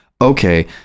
okay